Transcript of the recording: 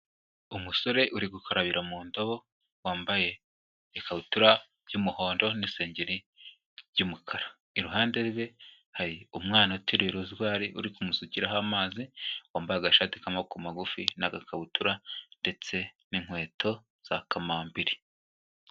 Umusore uri gukarabira mu ndobo wambaye ikabutura y'umuhondo n'isengeri ry'umukara, iruhande rwe hari umwana ateru arozwari uri kumusukiraho amazi wambaye agashati k'amaboko magufi n'agakabutura ndetse n'inkweto za kamambiri.